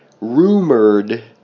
rumored